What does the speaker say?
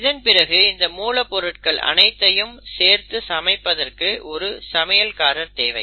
இதன் பிறகு இந்த மூலப் பொருட்கள் அனைத்தையும் சேர்த்து சமைப்பதற்கு ஒரு சமையல்காரர் தேவை